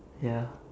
ya